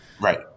Right